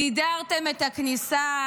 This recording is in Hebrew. גידרתם את הכניסה,